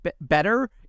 better